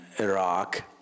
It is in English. Iraq